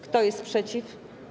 Kto jest przeciw?